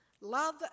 love